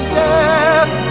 death